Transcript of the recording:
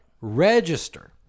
register